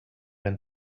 and